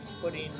putting